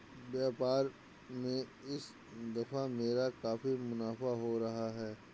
व्यापार में इस दफा मेरा काफी मुनाफा हो रहा है